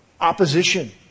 Opposition